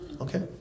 okay